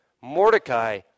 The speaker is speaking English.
Mordecai